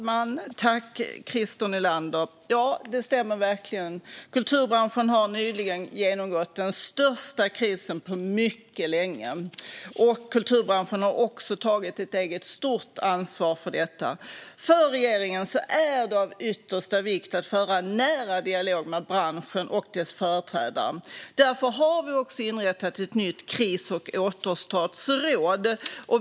Fru talman! Ja, det stämmer verkligen - kulturbranschen har nyligen genomgått den största krisen på mycket länge. Kulturbranschen har också tagit ett stort eget ansvar för detta. För regeringen är det av yttersta vikt att föra en nära dialog med branschen och dess företrädare. Därför har vi också inrättat ett nytt kris och återstartsråd.